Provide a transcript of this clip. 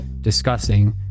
discussing